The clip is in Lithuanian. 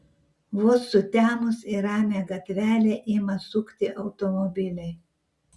vos sutemus į ramią gatvelę ima sukti automobiliai